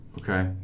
okay